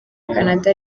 canada